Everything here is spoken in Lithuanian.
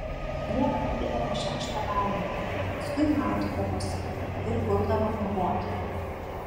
jie valgydavo šeštą valandą paskui maudydavosi ir guldavo miegoti